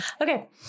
Okay